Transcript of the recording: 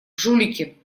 жулики